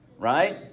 Right